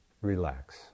relax